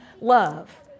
love